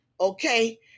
Okay